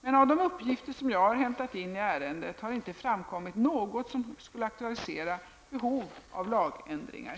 Men av de uppgifter som jag har hämtat in i ärendet har inte framkommit något som aktualiserar behov av lagändringar.